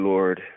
Lord